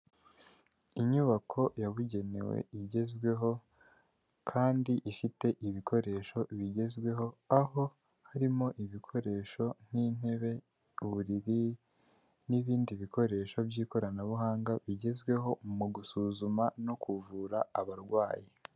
Inyubako yabugenewe igezweho kandi ifite ibikoresho bigezweho aho harimo ibikoresho nk'intebe, uburiri n'ibindi bikoresho by'ikoranabuhanga bigezweho mu gusuzuma no kuvura abarwayi.